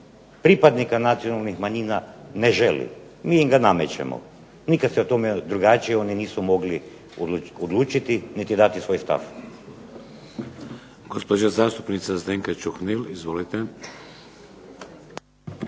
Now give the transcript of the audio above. pripadnika nacionalnih manjina ne želi. Mi im ga namećemo. Nikada se o tome drugačije nisu mogli odlučiti niti dati svoj stav.